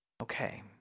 Okay